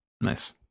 Nice